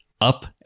Up